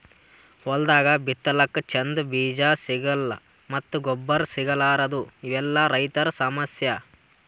ಹೊಲ್ದಾಗ ಬಿತ್ತಲಕ್ಕ್ ಚಂದ್ ಬೀಜಾ ಸಿಗಲ್ಲ್ ಮತ್ತ್ ಗೊಬ್ಬರ್ ಸಿಗಲಾರದೂ ಇವೆಲ್ಲಾ ರೈತರ್ ಸಮಸ್ಯಾ